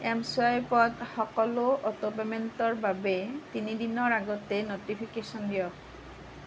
এমচুৱাইপত সকলো অটো পে'মেণ্টৰ বাবে তিনি দিনৰ আগতে ন'টিফিকেশ্যন দিয়ক